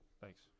Thanks